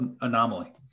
anomaly